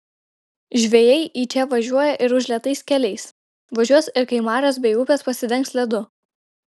žvejai į čia važiuoja ir užlietais keliais važiuos ir kai marios bei upės pasidengs ledu